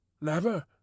Never